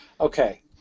Okay